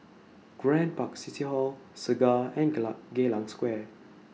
Grand Park City Hall Segar and Geylang Square